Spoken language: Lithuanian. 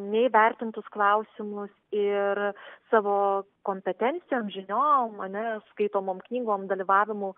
neįvertintus klausimus ir savo kompetencijom žiniom ar ne skaitomom knygom dalyvavimu